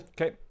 Okay